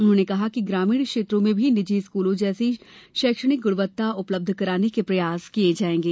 उन्होंने कहा कि ग्रामीण क्षेत्रों में भी निजी स्कूलों जैसी शैक्षणिक गुणवत्ता उपलब्ध कराने के प्रयास किये जायेंगे